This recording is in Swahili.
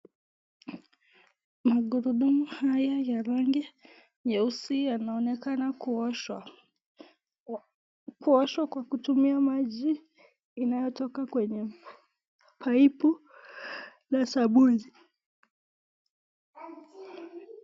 Maguruduma haya ya rangi nyeusi yanaonekana kuoshwa kwa kutumia maji inayotoka kwenye paipu na sabuni.